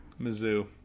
Mizzou